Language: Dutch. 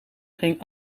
ging